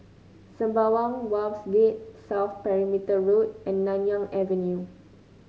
Sembawang Wharves Gate South Perimeter Road and Nanyang Avenue